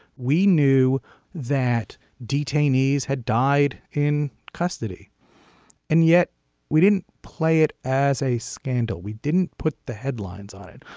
we knew that detainees had died in custody and yet we didn't play it as a scandal we didn't put the headlines on it.